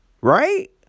right